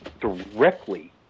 directly